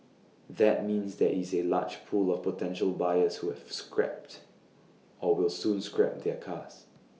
that means there is A large pool of potential buyers who have scrapped or will soon scrap their cars